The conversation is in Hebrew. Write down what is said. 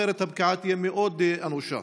אחרת הפגיעה תהיה אנושה.